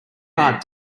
cart